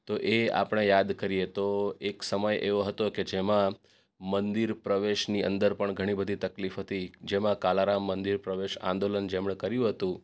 તો એ આપણે યાદ કરીયે તો એક સમય એવો હતો કે જેમાં મંદિર પ્રવેશની અંદર પણ ઘણી બધી તકલીફ હતી જેમાં કાલારામ મંદિર પ્રવેશ આંદોલન જેમણે કર્યું હતું